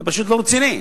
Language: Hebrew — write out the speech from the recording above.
זה פשוט לא רציני.